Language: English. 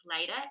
later